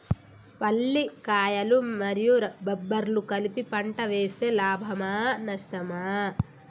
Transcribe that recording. పల్లికాయలు మరియు బబ్బర్లు కలిపి పంట వేస్తే లాభమా? నష్టమా?